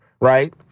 Right